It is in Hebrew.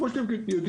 כמו שאתם יודעים,